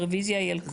הרביזיה היא על הכל?